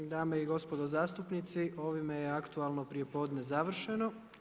Dame i gospode zastupnici, ovime je aktualno prijepodne završeno.